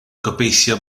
gobeithio